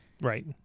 Right